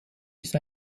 ist